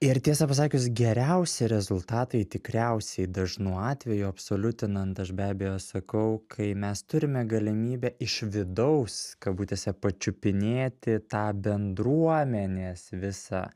ir tiesą pasakius geriausi rezultatai tikriausiai dažnu atveju absoliutinant aš be abejo sakau kai mes turime galimybę iš vidaus kabutėse pačiupinėti tą bendruomenės visą